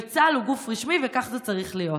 וצה"ל הוא גוף רשמי, וכך זה צריך להיות.